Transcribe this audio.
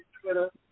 Twitter